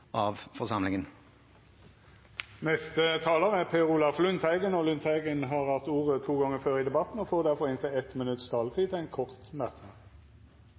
av forsamlingen. Per Olaf Lundteigen har hatt ordet to gonger tidlegare og får ordet til ein kort merknad,